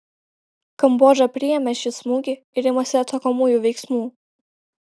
kambodža priėmė šį smūgį ir imasi atsakomųjų veiksmų